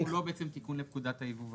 107 כולו בעצם תיקון לפקודת היבוא.